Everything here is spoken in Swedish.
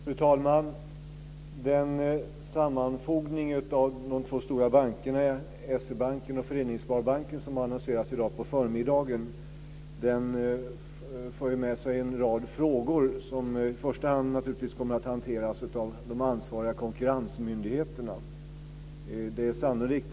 Fru talman! Den sammanfogning av de stora bankerna, S-E-Banken och Föreningssparbanken, som har annonserats i dag på förmiddagen får med sig en rad frågor som i första hand naturligtvis kommer att hanteras av de ansvariga konkurrensmyndigheterna.